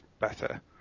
better